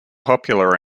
popular